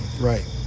Right